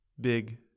big